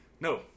No